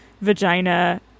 vagina